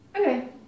Okay